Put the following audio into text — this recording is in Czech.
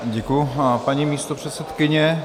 Děkuji, paní místopředsedkyně.